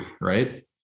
right